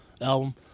album